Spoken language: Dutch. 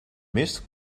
mist